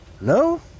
No